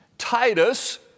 Titus